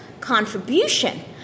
contribution